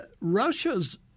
Russia's